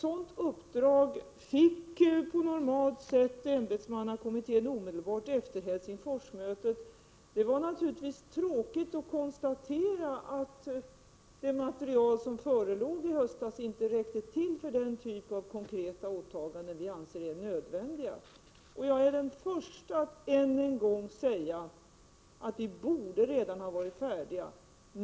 Omedelbart efter Helsingforsmötet fick ämbetsmannakommittén på normalt sätt ett sådant uppdrag. Det var naturligtvis tråkigt att konstatera att det material som förelåg i höstas inte räckte till för den typ av konkreta åtaganden som vi anser vara nödvändiga. Jag är den första att än en gång säga att vi redan borde ha varit färdiga.